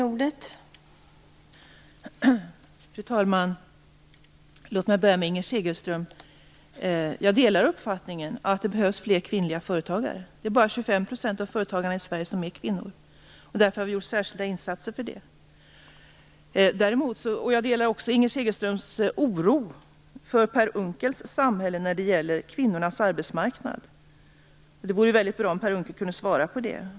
Fru talman! Låt mig börja med Inger Segelström. Jag delar uppfattningen att det behövs fler kvinnliga företagare. Det är bara 25 % av företagarna i Sverige som är kvinnor. Därför har vi gjort särskilda insatser för det. Jag delar också Inger Segelströms oro för Per Unckels samhälle när det gäller kvinnornas arbetsmarknad. Det vore väldigt bra om Per Unckel kunde svara på det.